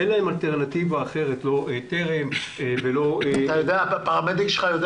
אין להם אלטרנטיבה אחרת לא "טרם" ולא דברים אחרים.